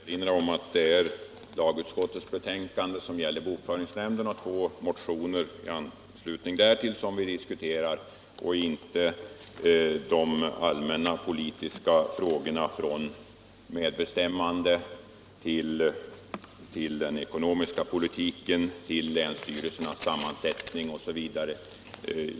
Herr talman! Jag vill erinra om att det är lagutskottets betänkande beträffande bokföringsnämnden och två motioner i anslutning därtill som vi diskuterar och inte de allmänna politiska frågorna från medbestämmande till den ekonomiska politiken, länsstyrelsernas sammansättning osv.